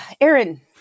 Aaron